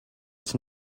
its